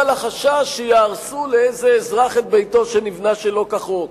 החשש שיהרסו לאיזה אזרח את ביתו שנבנה שלא כחוק.